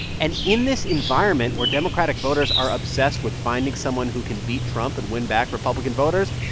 and in this environment where democratic voters are obsessed with finding someone who can beat trump and win back republican voters,